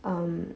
um